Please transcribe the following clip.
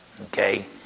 okay